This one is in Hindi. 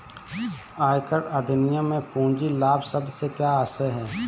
आयकर अधिनियम में पूंजी लाभ शब्द से क्या आशय है?